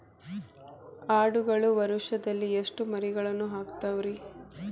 ಆಡುಗಳು ವರುಷದಲ್ಲಿ ಎಷ್ಟು ಮರಿಗಳನ್ನು ಹಾಕ್ತಾವ ರೇ?